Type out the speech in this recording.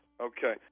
Okay